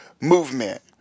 movement